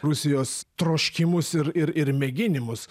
rusijos troškimus ir ir ir mėginimus